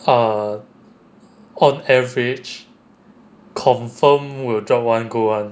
uh on average confirm will drop one good [one]